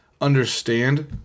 understand